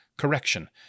correction